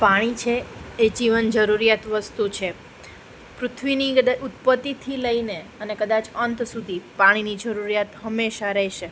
પાણી છે એ જીવન જરૂરિયાત વસ્તુ છે પૃથ્વીની એટલે ઉત્પતિથી લઈને અને કદાચ અંત સુધી પાણીની જરૂરિયાત હંમેશા રહેશે